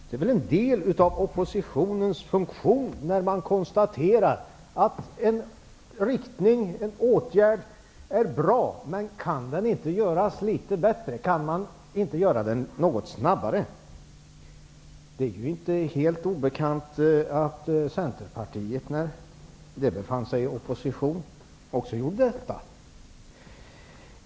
Det är en del av oppositionens funktion att konstatera att en inriktning eller en åtgärd är bra, men ifrågasätta om den inte kan göras litet bättre och genomföras något snabbare. Det är inte helt obekant att Centerpartiet, när det befann sig i opposition, också gjorde detta.